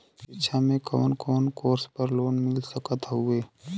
शिक्षा मे कवन कवन कोर्स पर लोन मिल सकत हउवे?